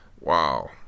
Wow